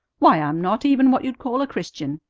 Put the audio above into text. why, i'm not even what you'd call a christian.